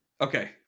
okay